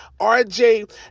RJ